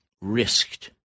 risked